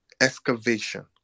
Excavation